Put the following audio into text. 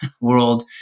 world